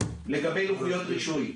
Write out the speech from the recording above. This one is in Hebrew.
לגבי לוחיות רישוי,